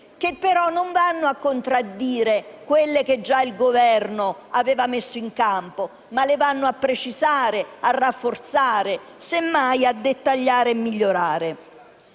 che però non vanno a contraddire quelle che già il Governo aveva messo in campo, ma le vanno a precisare e a rafforzare, semmai a dettagliare e a migliorare.